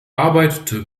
arbeitete